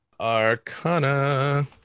Arcana